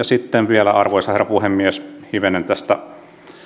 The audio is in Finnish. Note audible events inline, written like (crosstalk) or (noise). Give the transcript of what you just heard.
(unintelligible) sitten vielä arvoisa herra puhemies hivenen tästä